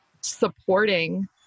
supporting